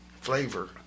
flavor